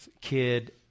kid